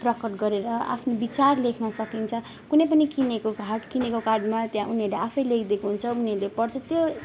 प्रकट गरेर आफ्नो विचार लेख्न सकिन्छ कुनै पनि किनेको कार्ड किनेको कार्डमा त्यहाँ उनीहरूले आफै लेखिदिको हुन्छ उनीहरूले पढ्छ त्यो